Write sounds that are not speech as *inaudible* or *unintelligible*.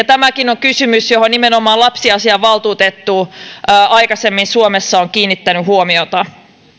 *unintelligible* tämäkin on kysymys johon nimenomaan lapsiasiainvaltuutettu aikaisemmin suomessa on kiinnittänyt huomiota